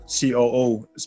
COO